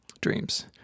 Dreams